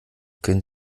können